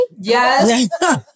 Yes